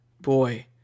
boy